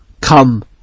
Come